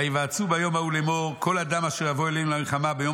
וייוועצו ביום ההוא לאמור כל אדם אשר יבוא אלינו למלחמה ביום